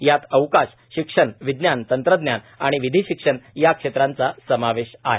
यात अवकाश शिक्षण विज्ञान तंत्रज्ञान आणि विधी शिक्षण या क्षेत्रांचा समावेश आहे